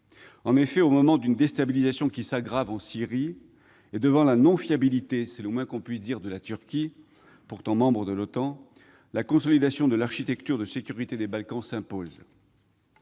: alors que la déstabilisation s'aggrave en Syrie et devant le manque de fiabilité- c'est le moins que l'on puisse dire -de la Turquie, pourtant membre de l'OTAN, la consolidation de l'architecture de sécurité des Balkans s'impose.